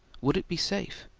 would it be safe?